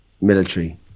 military